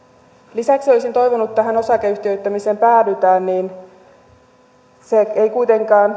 lisäksi jos tähän osakeyhtiöittämiseen päädytään tämä yhtiöittäminenkään ei kuitenkaan